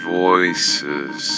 voices